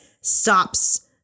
stops